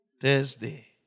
Thursday